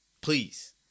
please